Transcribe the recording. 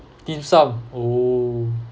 dim sum oo